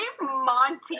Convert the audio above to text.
Monty